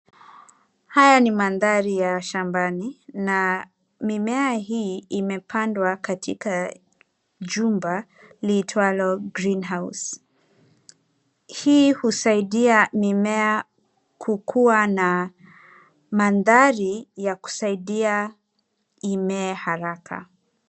Haya ni mandhari ya shambani na mimea hii imepandwa katika jumba liitwalo green house .Hii husaidia mimea kukuwa na mandhari ya kusaidia imee haraka.